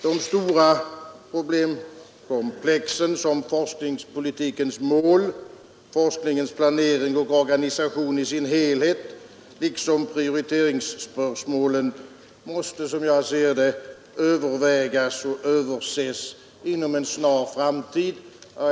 De stora problemen såsom forskningspolitikens mål, forskningens planering och organisation i sin helhet liksom prioriteringsspörsmålen måste, som jag ser det, övervägas och överses inom en snar framtid.